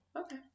Okay